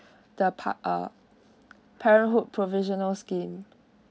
the park uh parenthood provisional scheme